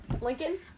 Lincoln